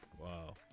Wow